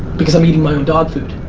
because i'm eating my own dog food.